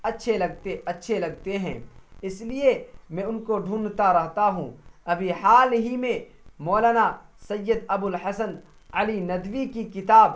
اچھے لگتے اچھے لگتے ہیں اس لیے میں ان کو ڈھونڈتا رہتا ہوں ابھی حال ہی میں مولانا سید ابو الحسن علی ندوی کی کتاب